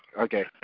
Okay